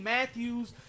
Matthews